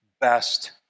best